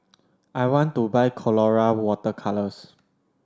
I want to buy Colora Water Colours